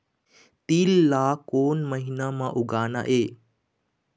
तील ला कोन महीना म उगाना ये?